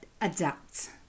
adapt